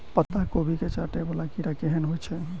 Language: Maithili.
पत्ता कोबी केँ चाटय वला कीड़ा केहन होइ छै?